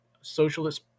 socialist